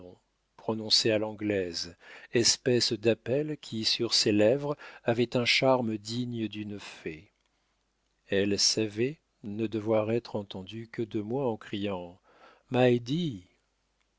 prononcée à l'anglaise espèce d'appel qui sur ses lèvres avait un charme digne d'une fée elle savait ne devoir être entendue que de moi en criant